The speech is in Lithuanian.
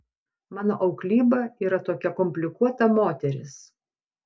mano auklyba yra tokia komplikuota moteris